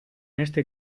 este